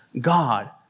God